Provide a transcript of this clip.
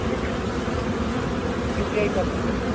ٹھیک ہے okay U P I کر دیتا ہوں